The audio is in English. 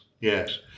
yes